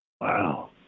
Wow